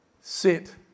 sit